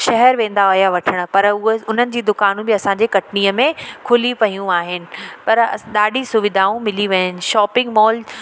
शहर वेंदा हुआ वठणु पर उहे उन्हनि जी दुकानूं बि असांजे कटनीअ में खुली पियूं आहिनि पर ॾाढी सुविधाऊं मिली विया आहिनि शॉपिंग मॉल